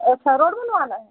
अच्छा रोड बनवाना है